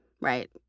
Right